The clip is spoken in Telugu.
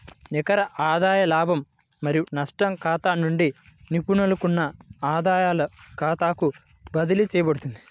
నికర ఆదాయ లాభం మరియు నష్టం ఖాతా నుండి నిలుపుకున్న ఆదాయాల ఖాతాకు బదిలీ చేయబడుతుంది